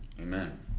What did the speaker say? Amen